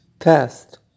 Test